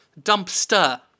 dumpster